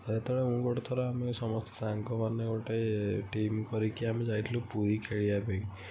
ତ ସେତେବେଳେ ମୁଁ ଗୋଟେଥର ଆମେ ସମସ୍ତେ ସାଙ୍ଗମାନେ ଗୋଟେ ଟିମ୍ କରିକି ଆମେ ଯାଇଥିଲୁ ପୁରୀ ଖେଳିବା ପାଇଁ